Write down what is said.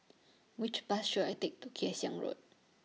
Which Bus should I Take to Kay Siang Road